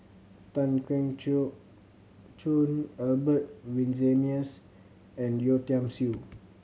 Tan Keong Choon Albert Winsemius and Yeo Tiam Siew